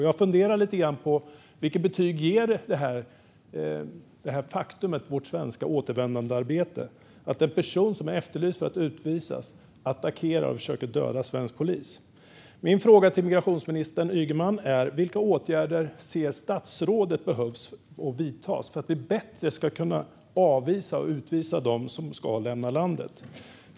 Jag funderar lite på vilket betyg det här ger åt vårt svenska återvändandearbete, att en person som är efterlyst för att utvisas attackerar och försöker döda svensk polis. Min fråga till migrationsminister Ygeman är: Vilka åtgärder ser statsrådet behöver vidtas för att vi bättre ska kunna avvisa och utvisa dem som ska lämna landet?